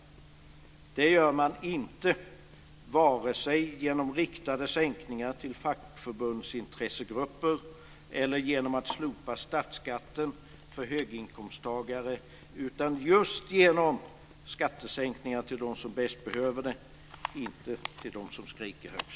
Det gör man inte genom riktade sänkningar till fackförbundsintressegrupper eller genom att slopa statsskatten för höginkomsttagare. Det gör man just genom skattesänkningar till dem som bäst behöver det, inte till dem som skriker högst.